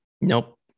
Nope